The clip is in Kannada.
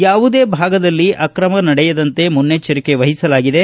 ಯಾವುದೇ ಭಾಗದಲ್ಲಿ ಅಕ್ರಮ ನಡೆಯದಂತೆ ಮುನ್ನೆಚ್ಚರಿಕೆ ವಹಿಸಲಾಗಿದೆ